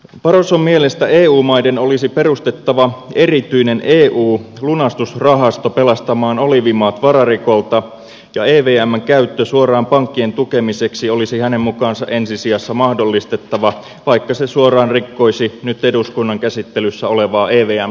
barroson mielestä eu maiden olisi perustettava erityinen eu lunastusrahasto pelastamaan oliivimaat vararikolta ja evmn käyttö suoraan pankkien tukemiseksi olisi hänen mukaansa ensi sijassa mahdollistettava vaikka se suoraan rikkoisi nyt eduskunnan käsittelyssä olevaa evm sopimusta